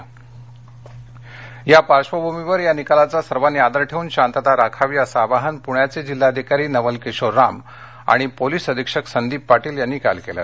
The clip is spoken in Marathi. जिल्ह्वधिकारी या पार्श्वभूमीवर या निकालाचा सर्वानी आदर ठेऊन शांतता राखावी असं आवाहन पुण्याचे जिल्हाधिकारी नवल किशोर राम आणि पोलीस अधिक्षक संदिप पाटील यांनी काल केलं